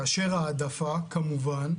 כאשר ההעדפה כמובן,